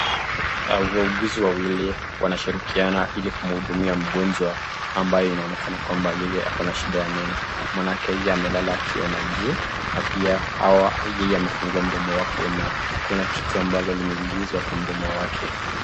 Waauguzi wawili wanashirikiana ili kumhudumia mgonjwa ambaye anaonekana kwamba ako na shida ya meno maanake amelala akiona juu na pia yeye amefungua mdomo wake na kuna kitu ambalo limeingizwa kwa mdomo wake.